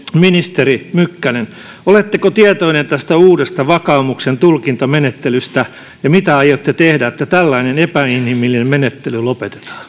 ministeri mykkänen oletteko tietoinen tästä uudesta vakaumuksentulkintamenettelystä ja mitä aiotte tehdä että tällainen epäinhimillinen menettely lopetetaan